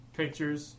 pictures